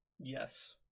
Yes